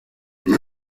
hice